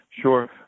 sure